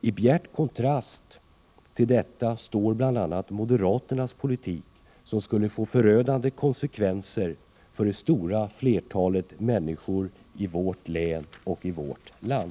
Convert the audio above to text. I bjärt kontrast till detta står bl.a. moderaternas politik, som skulle få förödande konsekvenser för det stora flertalet människor i vårt län och i vårt land.